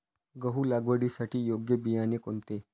गहू लागवडीसाठी योग्य बियाणे कोणते?